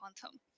quantum